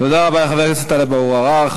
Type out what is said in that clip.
תודה רבה לחבר הכנסת טלב אבו עראר.